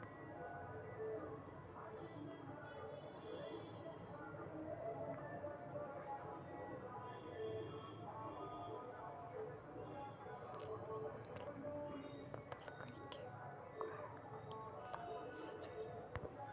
मोहिनी ने हमरा बतल कई कि औकरा कम समय ला पैसे चहि